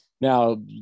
Now